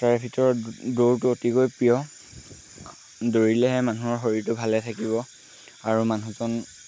তাৰ ভিতৰত দৌৰটো অতিকৈ প্ৰিয় দৌৰিলেহে মানুহৰ শৰীৰটো ভালে থাকিব আৰু মানুহজন